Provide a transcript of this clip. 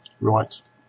Right